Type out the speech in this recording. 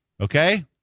Okay